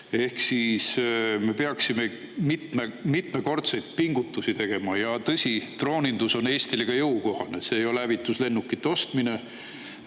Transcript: Ehk siis me peaksime mitmekordseid pingutusi tegema. Ja tõsi, droonindus on Eestile jõukohane, see ei ole hävituslennukite ostmine.